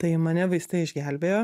tai mane vaistai išgelbėjo